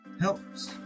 helps